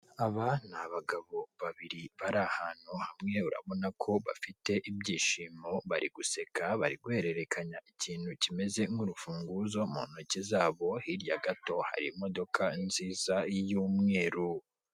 Aba n'abagabo babiri bari ahantu hamwe urabona ko bafite ibyishimo bari guseka bari guhererekanya ikintu kimeze nk'urufunguzo mu ntoki zabo hirya gato hari imodoka nziza y'umweru.